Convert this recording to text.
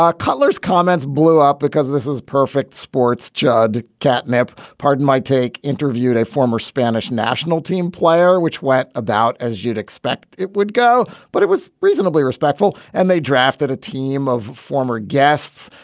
ah cutler's comments blew up because this is perfect sports. judd catnap pardon my take interviewed a former spanish national team player, which went about as you'd expect it would go, but it was reasonably respectful. and they drafted a team of former guests.